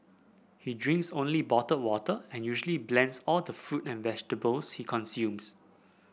he drinks only bottled water and usually blends all the fruit and vegetables he consumes